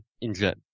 injured